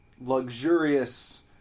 luxurious